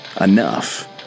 enough